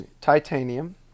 Titanium